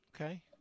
Okay